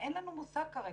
אין לנו מושג כרגע.